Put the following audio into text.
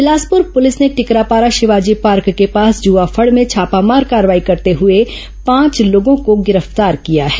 Bilaspur police ने Tikrapara Shivaji Park के पास जुआं फड़ में छापामार कार्रवाई करते हुए पांच लोगों को गिरफ्तार किया है